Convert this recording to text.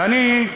ואני,